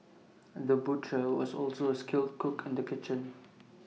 the butcher was also A skilled cook in the kitchen